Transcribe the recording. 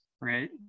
right